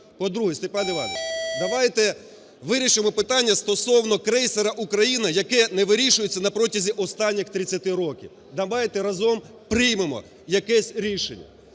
По-друге, Степан Іванович, давайте вирішимо питання стосовно крейсера "Україна", яке не вирішується на протязі останніх 30 років. Давайте разом приймемо якесь рішення.